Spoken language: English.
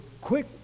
quick